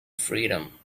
freedom